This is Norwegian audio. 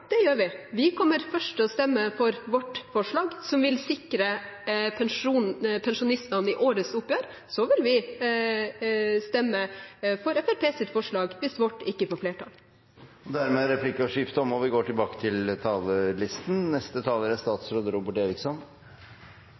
det gjør vi. Vi kommer først til å stemme for vårt forslag som vil sikre pensjonistene i årets oppgjør. Deretter vil vi stemme for Fremskrittspartiets forslag hvis vårt forslag ikke får flertall. Replikkordskiftet er omme. Vi